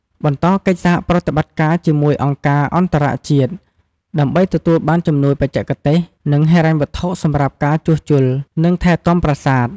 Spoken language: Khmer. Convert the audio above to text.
បន្តកិច្ចសហប្រតិបត្តិការជាមួយអង្គការអន្តរជាតិ ដើម្បីទទួលបានជំនួយបច្ចេកទេស និងហិរញ្ញវត្ថុសម្រាប់ការជួសជុល និងថែទាំប្រាសាទ។